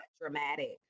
dramatic